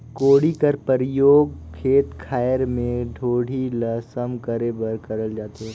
कोड़ी कर परियोग खेत खाएर मे डोली ल सम करे बर करल जाथे